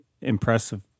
impressive